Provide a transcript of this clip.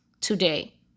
today